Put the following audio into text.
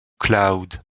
cloud